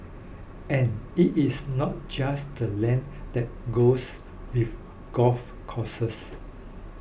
and it is not just the land that goes with golf courses